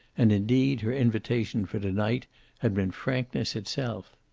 and, indeed, her invitation for to-night had been frankness itself.